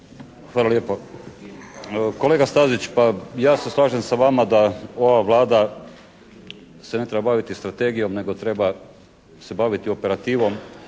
Hvala lijepo. Kolega Stazić, pa ja se slažem sa vama da ova Vlada se ne treba baviti strategijom nego treba se baviti operativom